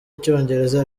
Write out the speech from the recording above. icyongereza